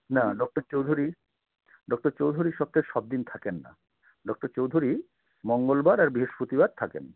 না doctor Chowdhury doctor Chowdhury সপ্তাহে সব দিন থাকেন না ডক্টর চৌধুরী মঙ্গলবার আর বৃহস্পতিবার থাকেন